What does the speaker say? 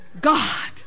God